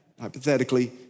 hypothetically